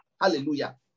Hallelujah